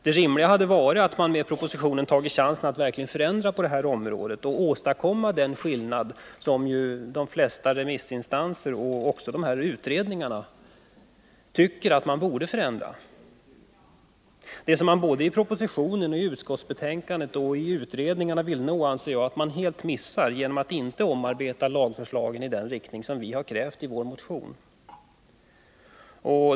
Det rimliga hade varit att man med propositionen begagnat tillfället att verkligen förändra på det här området och åstadkomma den skillnad som de flesta remissinstanser och också utredningarna förordat. Det som man såväl i propositionen som i utskottsbetänkandet och i utredningarna säger sig vilja uppnå anser jag att man helt missar genom att inte omarbeta lagförslaget i den riktning som vi har krävt i vår motion.